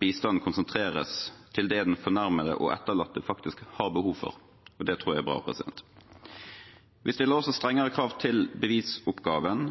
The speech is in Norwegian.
bistanden konsentreres til det fornærmede og etterlatte faktisk har behov for, og det tror jeg er bra. Vi stiller også strengere krav til bevisoppgaven,